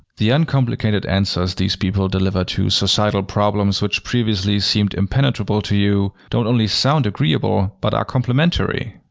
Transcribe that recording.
the uncomplicated answers these people deliver to societal problems which previously seemed impenetrable to you don't only sound agreeable, but are complimentary.